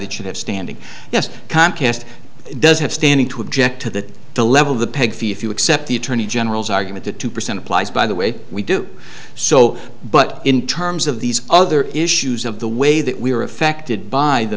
it should have standing yes comcast does have standing to object to that the level of the peg fee if you accept the attorney general's argument the two percent applies by the way we do so but in terms of these other issues of the way that we were affected by the